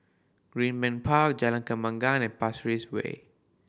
Greenbank Park Jalan Kembangan and Pasir Ris Way